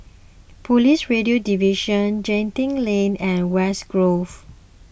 Police Radio Division Genting Lane and West Grove